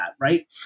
Right